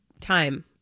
time